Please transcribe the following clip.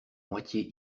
moitié